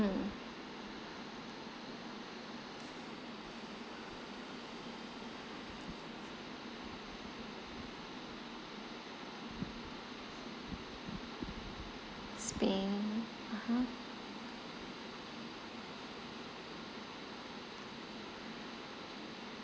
spain a'ah